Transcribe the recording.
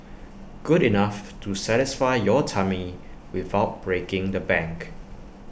good enough to satisfy your tummy without breaking the bank